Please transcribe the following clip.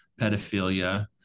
pedophilia